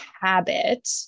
habit